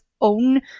own